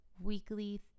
weekly